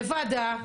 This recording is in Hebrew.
זה וועדה,